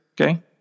Okay